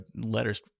letters